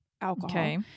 alcohol